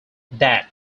that